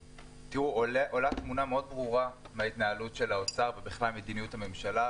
עולה תמונה מאוד ברורה מההתנהלות של האוצר ובכלל ממדיניות הממשלה,